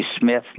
Smith